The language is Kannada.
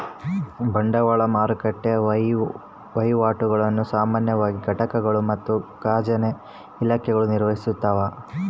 ಬಂಡವಾಳ ಮಾರುಕಟ್ಟೆ ವಹಿವಾಟುಗುಳ್ನ ಸಾಮಾನ್ಯವಾಗಿ ಘಟಕಗಳು ಮತ್ತು ಖಜಾನೆ ಇಲಾಖೆಗಳು ನಿರ್ವಹಿಸ್ತವ